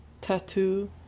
tattoo